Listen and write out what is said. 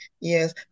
Yes